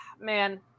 man